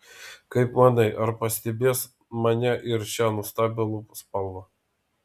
kaip manai ar pastebės mane ir šią nuostabią lūpų spalvą